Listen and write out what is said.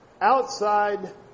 outside